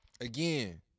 Again